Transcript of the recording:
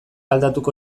aldatuko